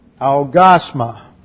Algasma